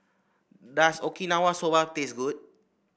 does Okinawa Soba taste good